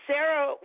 Sarah